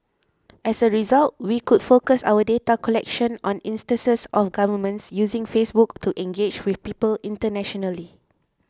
as a result we could focus our data collection on instances of governments using Facebook to engage with people internationally